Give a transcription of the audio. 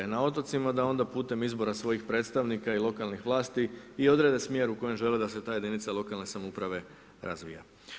Na otocima da onda putem izbora svojih predstavnika i lokalnih vlasti i odrede smjer u kojem žele da se ta jedinica lokalne samouprave razvija.